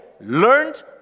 Learned